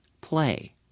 play